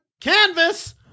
canvas